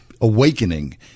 awakening